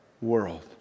world